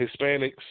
Hispanics